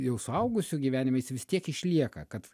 jau suaugusių gyvenime jis vis tiek išlieka kad